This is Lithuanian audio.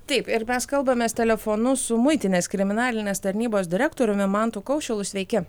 taip ir mes kalbamės telefonu su muitinės kriminalinės tarnybos direktoriumi mantu kaušilu sveiki